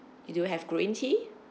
you do you have green tea